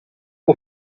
que